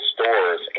stores